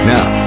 Now